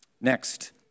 Next